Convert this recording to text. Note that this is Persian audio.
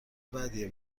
بدیه